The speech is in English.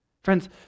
Friends